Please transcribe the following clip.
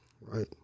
right